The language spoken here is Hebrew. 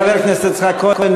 חבר הכנסת יצחק כהן,